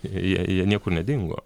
jie jie niekur nedingo